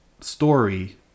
story